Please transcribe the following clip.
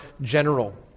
general